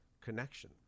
connection